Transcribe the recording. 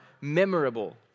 memorable